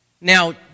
Now